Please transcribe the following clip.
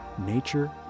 nature